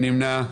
2 נמנעים.